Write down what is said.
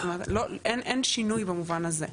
זאת אומרת לא, אין שינוי במובן הזה.